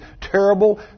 terrible